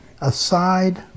Aside